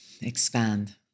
expand